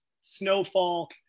snowfall